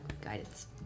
guidance